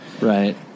Right